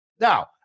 Now